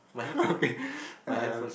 okay uh